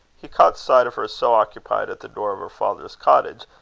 he caught sight of her so occupied at the door of her father's cottage,